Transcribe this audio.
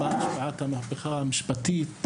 של הפגיעה עקב המהפכה המשפטית.